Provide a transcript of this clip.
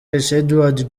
edward